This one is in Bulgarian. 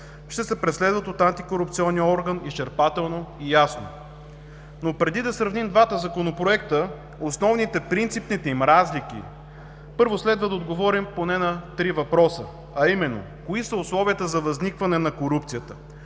ще се преследват от антикорупционния орган изчерпателно и ясно. Преди да сравним двата законопроекта, основните, принципните им разлики, първо, следва да отговорим поне на три въпроса, а именно: кои са условията за възникване на корупцията?